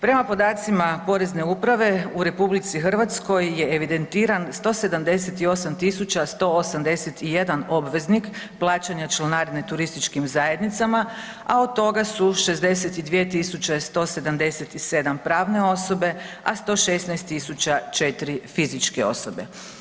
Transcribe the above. Prema podacima Porezne uprave u RH je evidentiran 178.181 obveznik plaćanja članarine turističkim zajednicama, a od toga su 62.177 pravne osobe, a 116.000 četiri fizičke osobe.